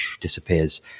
disappears